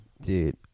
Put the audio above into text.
Dude